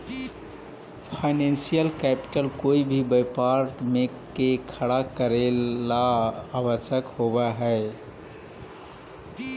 financial capital कोई भी व्यापार के खड़ा करेला ला आवश्यक होवऽ हई